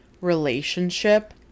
relationship